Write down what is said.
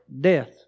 death